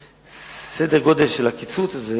בסדר-גודל של הקיצוץ הזה